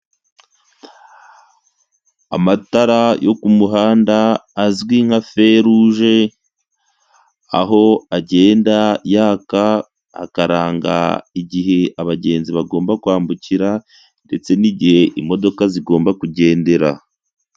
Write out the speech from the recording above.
Amatara yo ku muhanda azwi nka Feruje, aho agenda yaka akaranga igihe abagenzi bagomba kwambukira ndetse n'igihe imodoka zigomba kugendera.